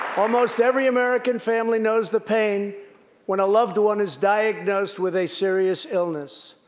almost every american family knows the pain when a loved one is diagnosed with a serious illness.